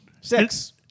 Six